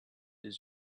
his